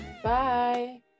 Bye